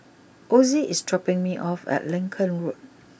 Ozie is dropping me off at Lincoln Road